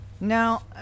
Now